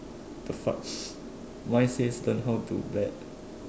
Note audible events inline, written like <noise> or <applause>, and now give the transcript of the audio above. the fuck <noise> mine says learn how to bet